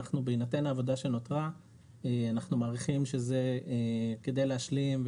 בהינתן העבודה שנותרה אנחנו מעריכים שכדי להשלים,